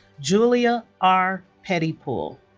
julia r. pettypool